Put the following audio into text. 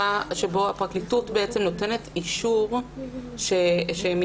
שבו הפרקליטות נותנת אישור --- גם